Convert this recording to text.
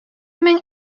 мең